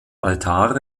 altar